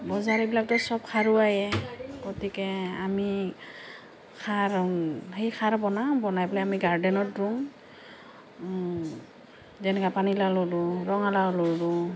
বজাৰৰ বিলাকতো চব সাৰুৱায়েই গতিকে আমি সাৰ সেই সাৰ বনাওঁ বনাই পেলাই আমি গাৰ্ডেনত ৰুওঁ যেনেকৈ পানীলাও ৰুলোঁ ৰঙালাও ৰুলোঁ